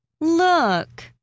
look